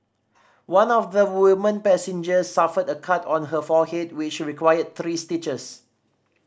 one of the woman passengers suffered a cut on her forehead which required three stitches